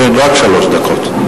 כן, רק שלוש דקות.